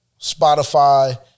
Spotify